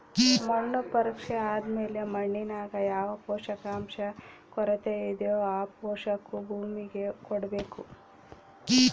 ಮಣ್ಣು ಪರೀಕ್ಷೆ ಆದ್ಮೇಲೆ ಮಣ್ಣಿನಾಗ ಯಾವ ಪೋಷಕಾಂಶ ಕೊರತೆಯಿದೋ ಆ ಪೋಷಾಕು ಭೂಮಿಗೆ ಕೊಡ್ಬೇಕು